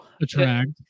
attract